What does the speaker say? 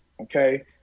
Okay